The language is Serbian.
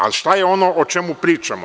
Ali, šta je ono o čemu pričamo?